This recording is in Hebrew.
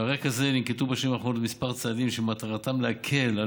ועל רקע זה ננקטו בשנים האחרונות כמה צעדים שמטרתם להקל על